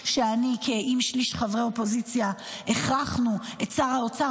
שאני ושליש מחברי האופוזיציה הכרחנו את שר האוצר